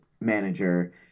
manager